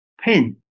pain